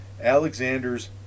Alexander's